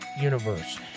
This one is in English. universe